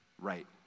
right